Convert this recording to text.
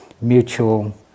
mutual